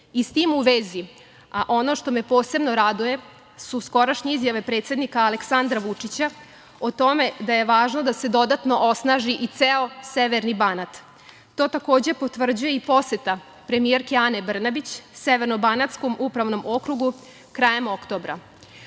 tim u vezi, a ono što me posebno raduje, su skorašnje izjave predsednika Aleksandra Vučića o tome da je važno da se dodatno osnaži i ceo severni Banat. To, takođe, potvrđuje i poseta premijerke Ane Brnabić Severnobanatskom upravnom okrugu krajem oktobra. Ovom